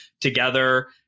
together